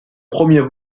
premier